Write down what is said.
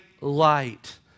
light